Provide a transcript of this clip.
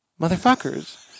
motherfuckers